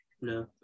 no